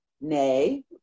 Nay